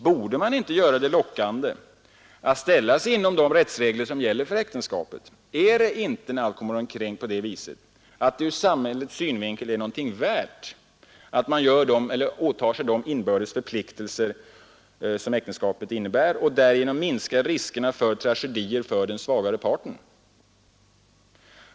Borde man inte göra det lockande att ställa sig inom de rättsregler som gäller för äktenskapet? Är det inte när allt kommer omkring på det viset att det ur samhällets synvinkel är någonting värt att man åtar sig de inbördes förpliktelser som äktenskapet innebär och därigenom minskar riskerna för tragedier för den svagare parten?